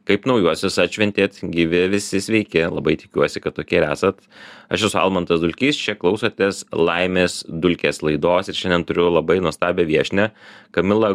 kaip naujuosius atšventėt gyvi visi sveiki labai tikiuosi kad tokie ir esat aš esu almantas dulkys čia klausotės laimės dulkės laidos ir šiandien turiu labai nuostabią viešnią kamilą